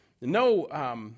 no